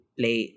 play